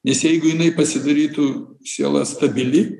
nes jeigu jinai pasidarytų siela stabili